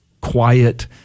quiet